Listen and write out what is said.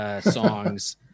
songs